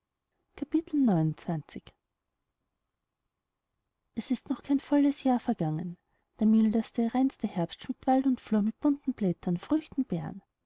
es ist noch kein volles jahr vergangen der mildeste reinste herbst schmückt wald und flur mit bunten blättern früchten beeren